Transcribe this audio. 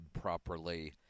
properly